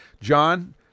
John